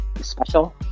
special